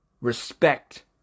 respect